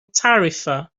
tarifa